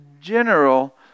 general